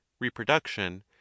reproduction